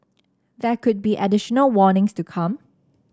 there could be additional warnings to come